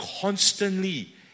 constantly